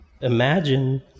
Imagine